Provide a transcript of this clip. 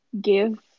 give